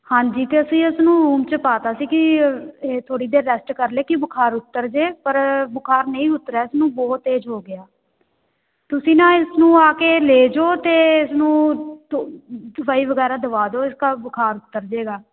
ਹਾਂਜੀ ਅਤੇ ਅਸੀਂ ਇਸਨੂੰ ਰੂਮ 'ਚ ਪਾ ਤਾ ਸੀ ਕਿ ਇਹ ਥੋੜ੍ਹੀ ਦੇਰ ਰੈਸਟ ਕਰ ਲਏ ਕਿ ਬੁਖਾਰ ਉਤਰ ਜੇ ਪਰ ਬੁਖਾਰ ਨਹੀਂ ਉਤਰਿਆ ਇਸਨੂੰ ਬਹੁਤ ਤੇਜ਼ ਹੋ ਗਿਆ ਤੁਸੀਂ ਨਾ ਇਸ ਨੂੰ ਆ ਕੇ ਲੈ ਜਾਓ ਅਤੇ ਇਸਨੂੰ ਦ ਦਵਾਈ ਵਗੈਰਾ ਦਵਾ ਦਿਉ ਇਸਕਾ ਬੁਖਾਰ ਉਤਰਜੇਗਾ